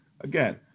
Again